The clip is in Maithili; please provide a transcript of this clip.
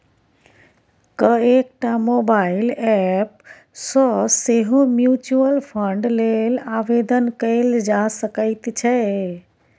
कएकटा मोबाइल एप सँ सेहो म्यूचुअल फंड लेल आवेदन कएल जा सकैत छै